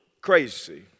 crazy